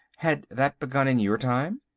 had that begun in your time?